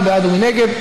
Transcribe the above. מי בעד ומי נגד?